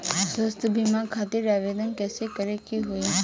स्वास्थ्य बीमा खातिर आवेदन कइसे करे के होई?